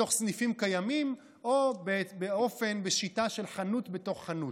בתוך סניפים קיימים או בשיטה של חנות בתוך חנות.